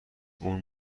اون